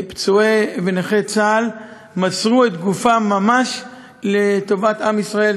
פצועי ונכי צה"ל מסרו את גופם ממש לטובת עם ישראל,